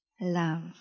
love